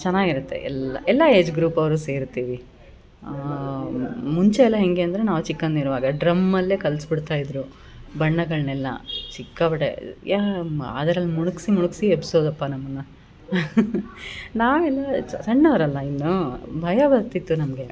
ಚೆನ್ನಾಗಿರತ್ತೆ ಎಲ್ಲಾ ಎಲ್ಲ ಏಜ್ ಗ್ರೂಪ್ ಅವರು ಸೇರ್ತಿವಿ ಮುಂಚೆ ಎಲ್ಲ ಹೆಂಗೆ ಅಂದರೆ ನಾವು ಚಿಕ್ಕಂದಿರುವಾಗ ಡ್ರಮ್ಮಲ್ಲೇ ಕಲಸಿ ಬಿಡ್ತಾಯಿದ್ರು ಬಣ್ಣಗಳ್ನೆಲ್ಲ ಸಿಕ್ಕಾಪಟ್ಟೆ ಯ ಮ ಅದ್ರಲ್ಲಿ ಮುಳುಗಿಸಿ ಮುಳುಗಿಸಿ ಎಬ್ಸೋದಪ್ಪ ನಮ್ಮನ್ನು ನಾವೆಲ್ಲ ಸಣ್ಣವ್ರು ಅಲ್ಲ ಇನ್ನು ಭಯ ಬರ್ತಿತ್ತು ನಮಗೆ